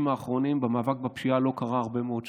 האחרונים במאבק בפשיעה לא קרה הרבה מאוד שנים,